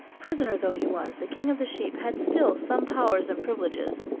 prisoner though he was, the king of the sheep had still some powers and privileges.